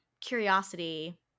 curiosity